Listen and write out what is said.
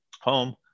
home